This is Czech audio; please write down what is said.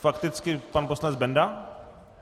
Fakticky pan poslanec Benda.